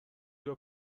بیا